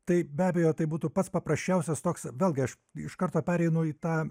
tai be abejo tai būtų pats paprasčiausias toks vėlgi aš iš karto pereinu į tą